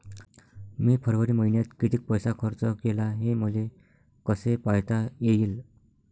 मी फरवरी मईन्यात कितीक पैसा खर्च केला, हे मले कसे पायता येईल?